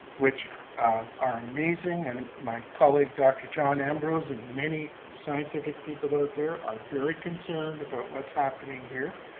which are amazing and my colleague dr. john ambrose and many scientific people out there are very concerned about what's happening here,